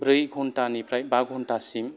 ब्रै घन्टानिफ्राय बा घन्टासिम